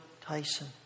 Tyson